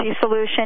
Solution